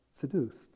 seduced